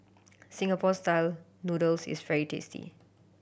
Singapore Style Noodles is very tasty